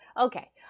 Okay